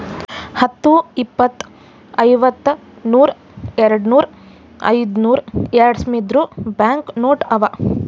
ಹತ್ತು, ಇಪ್ಪತ್, ಐವತ್ತ, ನೂರ್, ಯಾಡ್ನೂರ್, ಐಯ್ದನೂರ್, ಯಾಡ್ಸಾವಿರ್ದು ಬ್ಯಾಂಕ್ ನೋಟ್ ಅವಾ